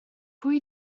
pwy